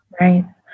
Right